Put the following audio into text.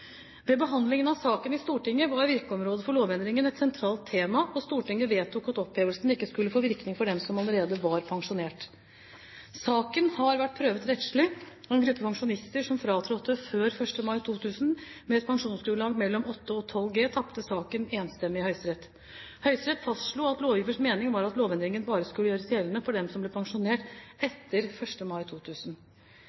Ved behandlingen av saken i Stortinget var virkeområdet for lovendringen et sentralt tema, og Stortinget vedtok at opphevelsen ikke skulle få virkning for dem som allerede var pensjonert. Saken har vært prøvd rettslig. En gruppe pensjonister som fratrådte før 1. mai 2000 med et pensjonsgrunnlag mellom 8 og 12 G, tapte saken enstemmig i Høyesterett. Høyesterett fastslo at lovgivers mening var at lovendringen bare skulle gjøres gjeldende for dem som ble pensjonert